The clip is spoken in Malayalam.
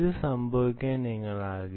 അത് സംഭവിക്കരുത്